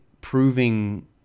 proving